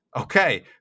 Okay